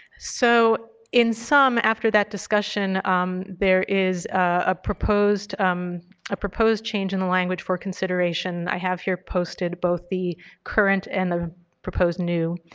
so in sum, after that discussion um there is ah a um proposed change in the language for consideration. i have here posted both the current and the proposed new.